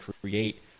create